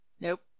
nope